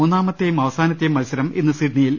മൂന്നാ മത്തെയും അവസാനത്തെയും മത്സരം ഇന്ന് സിഡ്നി യിൽ